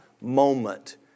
moment